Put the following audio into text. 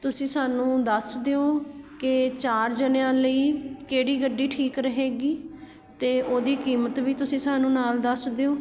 ਤੁਸੀਂ ਸਾਨੂੰ ਦੱਸ ਦਿਓ ਕਿ ਚਾਰ ਜਾਣਿਆਂ ਲਈ ਕਿਹੜੀ ਗੱਡੀ ਠੀਕ ਰਹੇਗੀ ਅਤੇ ਉਹਦੀ ਕੀਮਤ ਵੀ ਸਾਨੂੰ ਨਾਲ ਦੱਸ ਦਿਓ